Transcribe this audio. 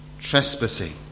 trespassing